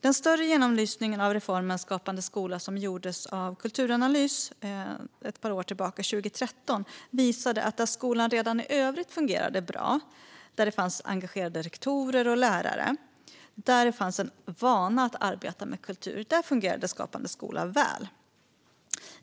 Den större genomlysningen av reformen Skapande skola som gjordes av Kulturanalys 2013 visade att där skolan redan även i övrigt fungerade bra, där det fanns engagerade rektorer och lärare och där det fanns en vana att arbeta med kultur, fungerade Skapande skola väl.